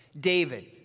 David